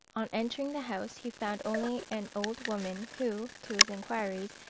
on entering the house, he found only an old woman, who, to his inquiries,